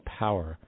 power